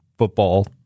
football